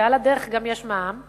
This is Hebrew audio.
ועל הדרך גם יש מע"מ,